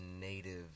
native